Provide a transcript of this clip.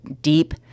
deep